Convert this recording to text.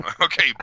okay